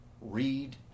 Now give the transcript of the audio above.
read